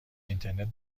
اینترنت